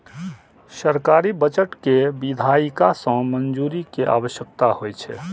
सरकारी बजट कें विधायिका सं मंजूरी के आवश्यकता होइ छै